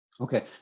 okay